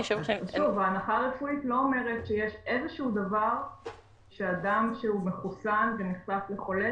ההנחה הרפואית לא אומרת שיש איזשהו דבר שאדם שהוא מחוסן ונחשף לחולה,